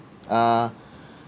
uh